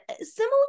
similar